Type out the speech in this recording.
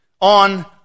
on